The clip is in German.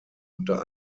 unter